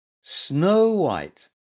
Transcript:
snow-white